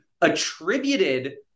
attributed